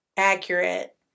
accurate